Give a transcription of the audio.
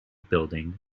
building